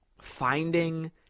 finding